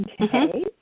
Okay